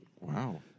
wow